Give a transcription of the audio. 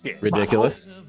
ridiculous